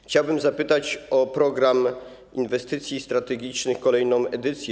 Chciałbym zapytać o Program Inwestycji Strategicznych, kolejne edycje.